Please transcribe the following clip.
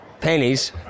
Pennies